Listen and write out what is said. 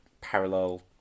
parallel